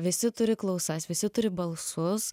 visi turi klausas visi turi balsus